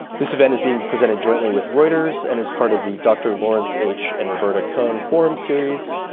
this event is being presented jointly with reuters and is part of the dr. lawrence h and roberta cohen forum series.